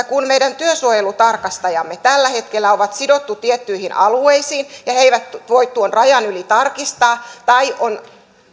kun meidän työsuojelutarkastajamme tällä hetkellä ovat sidotut tiettyihin alueisiin ja he eivät voi tuon rajan yli tarkistaa tai